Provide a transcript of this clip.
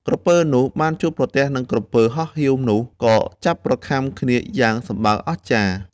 ក្រពើនោះបានជួបប្រទះនឹងក្រពើហោះហៀវនោះ ក៏ចាប់ប្រខាំគ្នាយ៉ាងសម្បើមអស្ចារ្យ។